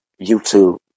YouTube